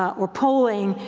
or polling,